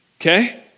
Okay